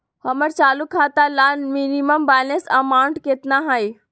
हमर चालू खाता ला मिनिमम बैलेंस अमाउंट केतना हइ?